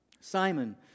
Simon